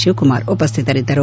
ಶಿವಕುಮಾರ್ ಉಪಸ್ವಿತರಿದ್ದರು